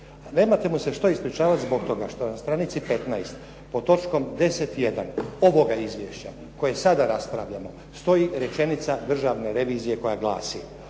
nemate mu se što ispričavati zbog toga što na stranici 15. pod točkom 10.1 ovoga izvješća koje sada raspravljamo stoji rečenica Državne revizije koja glasi: